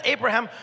Abraham